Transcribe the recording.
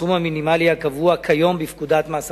הסכום המינימלי הקבוע כיום בפקודת מס הכנסה,